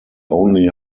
only